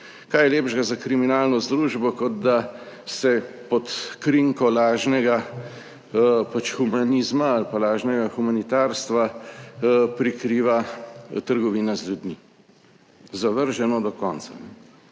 Kaj je lepšega za kriminalno združbo, kot da se pod krinko lažnega humanizma ali pa lažnega humanitarstva prikriva trgovina z ljudmi. Zavrženo do konca.